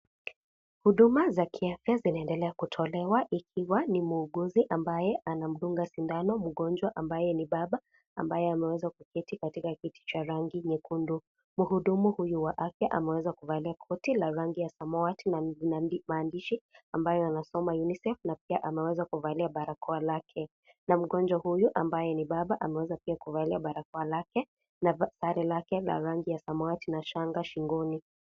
Huduma za afya zinaendelea kutolewa ikiwa ni muuguzi ambaye anamdunga sindano mgonjwa ambaye ni baba, ambaye ameweza kuketi katika kiti cha rangi nyekundu. Mhudumu huyu wa afya ameweza kuvalia koti la rangi ya samawati na imeandikwa maandishi ambayo yanasoma "UNICEF", na ameweza kuvalia barakoa lake. Na mgonjwa huyu ambaye ni baba ameweza pia kuvalia barakoa lake dari lake la rangi ya samawati na na shanga shingoni.